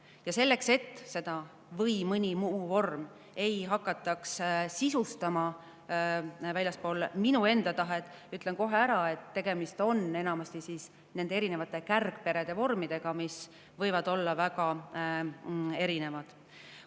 Ja selleks, et [sõnu] "või mõni muu vorm" ei hakataks sisustama väljaspool minu enda tahet, ütlen kohe ära, et enamasti on tegemist kärgperede vormidega, mis võivad olla väga erinevad.